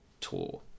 tour